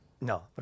No